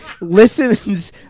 listens